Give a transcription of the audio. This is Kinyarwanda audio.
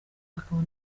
akaba